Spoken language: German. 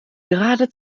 gerade